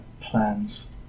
plans